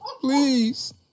please